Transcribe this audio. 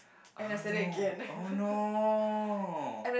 oh no oh no